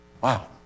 Wow